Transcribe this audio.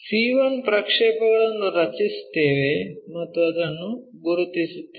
c1 ಪ್ರಕ್ಷೇಪಗಳನ್ನು ರಚಿಸುತ್ತೇವೆ ಮತ್ತು ಅದನ್ನು ಗುರುತಿಸುತ್ತೇವೆ